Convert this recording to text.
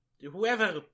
whoever